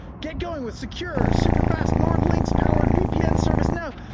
get going with secure, super-fast nordlynx-powered vpn service now,